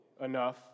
enough